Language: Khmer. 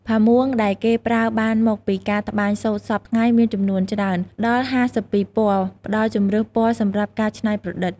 ផាមួងដែលគេប្រើបានមកពីការត្បាញសូត្រសព្វថ្ងៃមានចំនួនច្រើន ដល់៥២ពណ៌ ផ្តល់ជម្រើសពណ៌សម្រាប់ការច្នៃប្រឌិត។